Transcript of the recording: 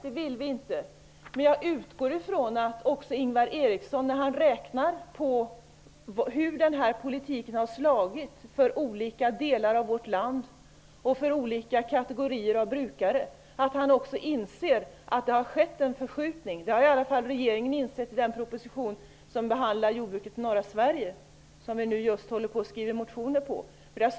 Det vill vi inte, men jag utgår från att också Ingvar Eriksson -- när han räknar på hur den här politiken har slagit för olika delar av vårt land och för olika kategorier av brukare -- inser att det har skett en förskjutning. Det har i alla fall regeringen insett i den proposition där jordbruket i norra Sverige behandlas. Med anledning av den propositionen skriver vi just nu motioner.